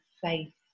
faith